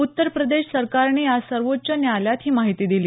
उत्तर प्रदेश सरकारने आज सर्वोच्व न्यायालयात ही माहिती दिली